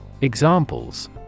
Examples